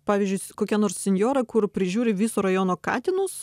pavyzdžiui kokia nors sinjora kur prižiūri viso rajono katinus